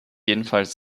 jedenfalls